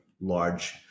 large